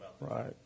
right